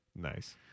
Nice